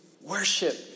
worship